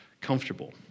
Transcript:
comfortable